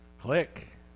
Click